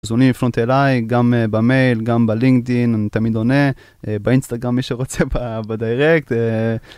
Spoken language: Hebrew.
מוזמנים לפנות אליי, גם במייל, גם בלינקדין, אני תמיד עונה, באינסטגרם מי שרוצה בדיירקט.